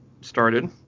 started